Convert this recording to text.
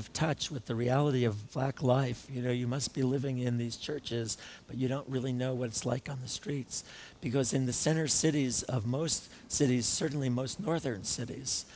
of touch with the reality of black life you know you must be living in these churches but you don't really know what it's like on the streets because in the center cities of most cities certainly most northern cities